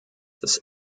das